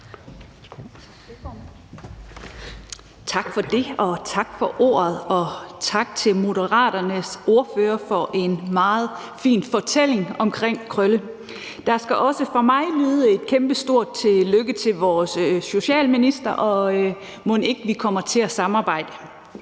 Tak for det, og tak for ordet, og tak til Moderaternes ordfører for en meget fin fortælling om Krølle. Der skal også fra mig lyde et kæmpestort tillykke til vores socialminister, og mon ikke vi kommer til at samarbejde?